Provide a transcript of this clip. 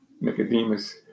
Nicodemus